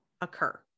occur